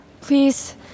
please